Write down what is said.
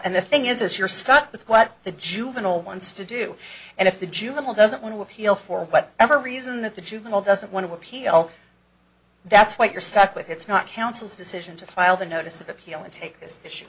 and the thing is as you're stuck with what the juvenile wants to do and if the juvenile doesn't want to appeal for what ever reason that the juvenile doesn't want to appeal that's what you're stuck with it's not council's decision to file the notice of appeal and take this issue